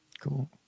Cool